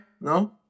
No